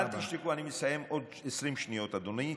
אל תשתקו, אני מסיים עוד 20 שניות, אדוני.